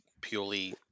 purely